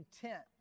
content